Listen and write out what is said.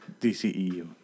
DCEU